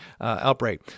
outbreak